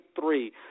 three